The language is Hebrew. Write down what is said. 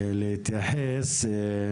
להתייחס.